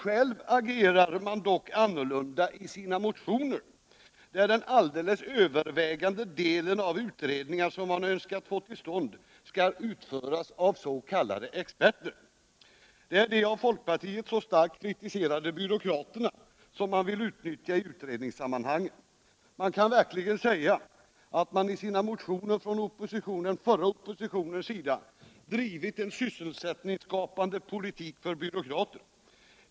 Själv agerar man dock annorlunda i sina motioner, där den alldeles övervägande delen av de utredningar som man önskar få till stånd skall utföras av s.k. experter. Det är de av folkpartiet så starkt kritiserade byråkraterna som man vill utnyttja i utredningssammanhangen. Vi kan verkligen säga att man i sina motioner från den förra oppositionens sida drivit en sysselsättningsskapande politik för byråkrater.